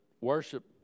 worship